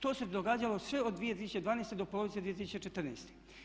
To se događalo sve od 2012. do polovice 2014.